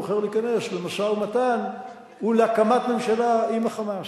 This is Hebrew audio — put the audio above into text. בוחר להיכנס למשא-ומתן ולהקמת ממשלה עם ה"חמאס".